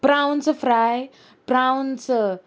प्रावन्स fry प्रावन्स